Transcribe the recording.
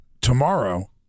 tomorrow